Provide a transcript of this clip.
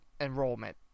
enrollment